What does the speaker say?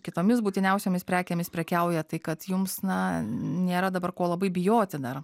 kitomis būtiniausiomis prekėmis prekiauja tai kad jums na nėra dabar ko labai bijoti dar